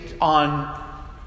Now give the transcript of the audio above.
on